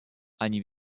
они